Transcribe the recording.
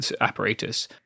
apparatus